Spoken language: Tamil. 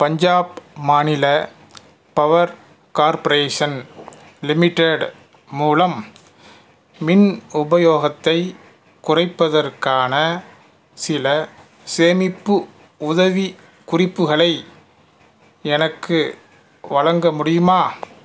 பஞ்சாப் மாநில பவர் கார்ப்பரேஷன் லிமிடெட் மூலம் மின் உபயோகத்தைக் குறைப்பதற்கான சில சேமிப்பு உதவிக்குறிப்புகளை எனக்கு வழங்க முடியுமா